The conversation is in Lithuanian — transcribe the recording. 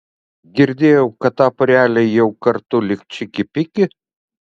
girdėjau kad ta porelė jau kartu lyg čiki piki